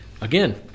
again